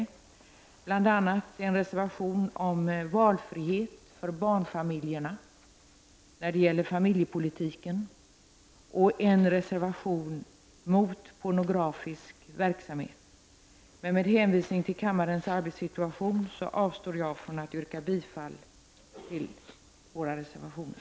Det finns bl.a. en reservation om valfrihet för barnfamiljer när det gäller familjepolitiken och en reservation mot pornografisk verksamhet. Med hänvisning till kammarens arbetssituation avstår jag från att yrka bifall till våra reservationer.